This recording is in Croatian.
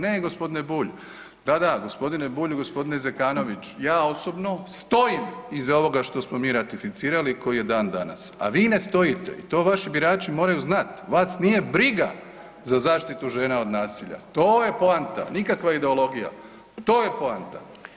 Ne g. Bulj, da, da g. Bulj i g. Zekanović, ja osobno stojim iza ovoga što smo mi ratificirali i koji je dan danas, a vi ne stojite i to vaši birači moraju znat, vas nije briga za zaštitu žena od nasilja, to je poanta, nikakva ideologija, to je poanta.